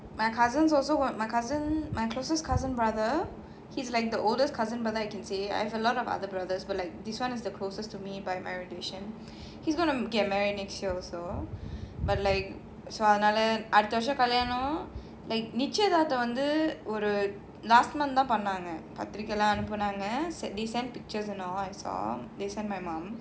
my cousins also weren't my cousin my closest cousin brother he's like the oldest cousin I can say I have a lot of other brothers but like this one is the closest to me by my relation he's going to get married next year also but like so அதுனாலஅடுத்தவருஷம்கல்யாணம்நிச்சயதார்த்தம்வந்து:adhunala adutha varusam kalyanam nichayathartham vandhu last month தான்பண்ணாங்க:than pannanga they send pictures and all I saw they send my mom